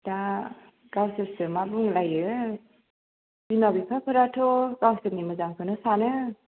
दा गावसोरसो मा बुंलायो बिमा बिफाफोराथ' गावसोरनि मोजांखौनो सानो